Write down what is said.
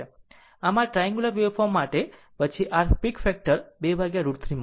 આમ આ triangular waveform માટે પછી r પીક ફેક્ટર 2 √3 મળશે